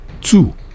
Two